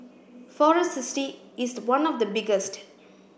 Forest City is one of the biggest